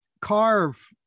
carve